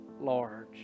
large